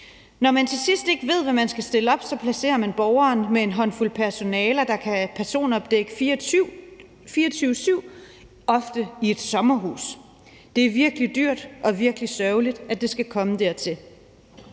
Når man til sidst ikke ved, hvad man skal stille op, placerer man borgeren med en håndfuld personaler, der kan personopdække 24-7, ofte i et sommerhus. Det er virkelig dyrt og virkelig sørgeligt, at det skal komme dertil.